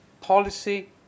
policy